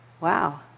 wow